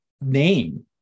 name